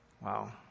Wow